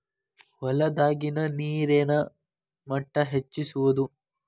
ಹೊಲದಾಗಿನ ನೇರಿನ ಮಟ್ಟಾ ಹೆಚ್ಚಿಸುವದು